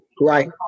Right